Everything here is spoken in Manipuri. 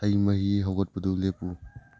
ꯍꯩꯃꯍꯤ ꯍꯧꯒꯠꯄꯗꯨ ꯂꯦꯞꯄꯨ